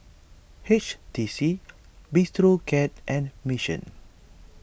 H T C Bistro Cat and Mission